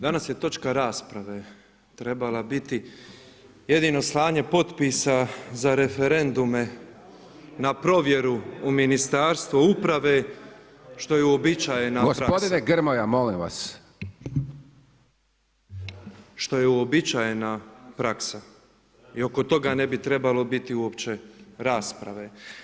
Danas je točka rasprave trebala biti jedino slanje potpisa za referendume na provjeru u Ministarstvo uprave što je uobičajena praksa [[Upadica Hajdaš Dončić: Gospodine Grmoja, molim vas.]] Što je uobičajena praksa i oko toga ne bi trebalo biti uopće rasprave.